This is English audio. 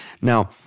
Now